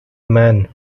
man